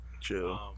Chill